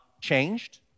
changed